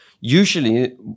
usually